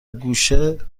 گوشه